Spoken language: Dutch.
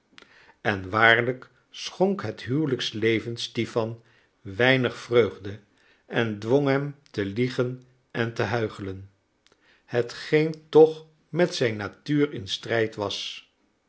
en waarlijk schonk het huwelijksleven stipan weinig vreugde en dwong hem te liegen en te huichelen hetgeen toch met zijn natuur in strijd was